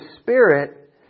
spirit